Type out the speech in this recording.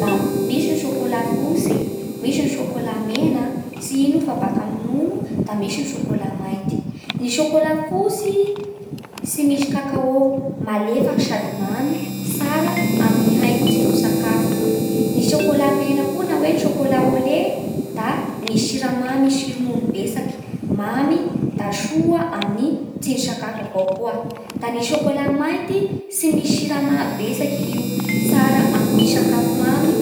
da misy ny sôkôla fotsy, misy ny sôkôla mena tsy ino fa baka amin'ny ronono, da misy ny sôkôla mainty. Ny sôkôla fotsy tsy misy kakaô malefaky sady mamy tsara amin'ny haingo tsindrin-tsakafo. Ny sôkôla mena koa na hoe chocolat au lait da misy siramamy sy ronono betsaky, mamy da soa amin'ny tsindrin-tsakafo avao koa. Da ny sôkôla mainty tsy misy siramamy betsaky i io, tsara amin'ny sakafo mamy.